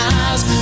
eyes